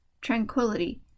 tranquility